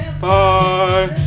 Bye